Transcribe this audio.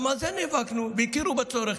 גם על זה נאבקנו, והכירו בצורך.